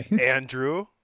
andrew